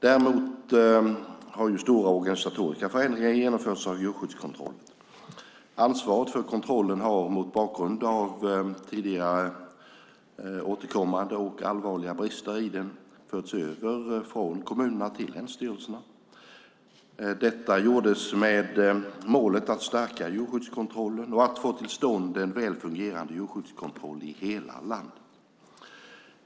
Däremot har ju stora organisatoriska förändringar genomförts av djurskyddskontrollen. Ansvaret för kontrollen har - mot bakgrund av tidigare återkommande och allvarliga brister i den - förts över från kommunerna till länsstyrelserna. Detta gjordes med målet att stärka djurskyddskontrollen och för att få till stånd en väl fungerande djurskyddskontroll i hela landet.